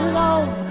love